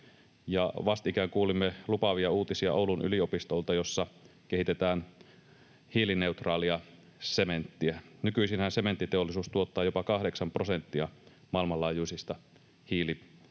vastikään kuulimme lupaavia uutisia Oulun yliopistolta, jossa kehitetään hiilineutraalia sementtiä. Nykyisinhän sementtiteollisuus tuottaa jopa 8 prosenttia maailmanlaajuisista hiilipäästöistä.